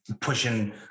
pushing